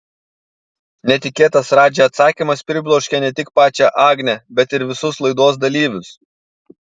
netikėtas radži atsakymas pribloškė ne tik pačią agnę bet ir visus laidos dalyvius